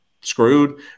screwed